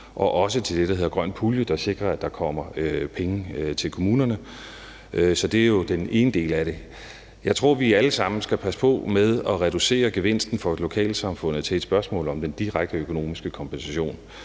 og også til det, der hedder grøn pulje, der sikrer, at der kommer penge til kommunerne. Det er jo den ene del af det. Jeg tror, vi alle sammen skal passe på med at reducere gevinsten for lokalsamfundet til et spørgsmål om den direkte økonomiske kompensation.